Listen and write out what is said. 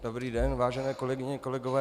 Dobrý den, vážené kolegyně, kolegové.